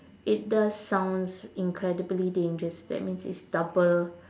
it does sounds incredibly dangerous that means it's double